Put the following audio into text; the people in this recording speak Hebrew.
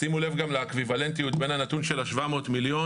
שימו לב גם לאקוויוולנטיות בין הנתון של ה-700 מיליון